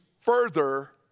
further